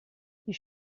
die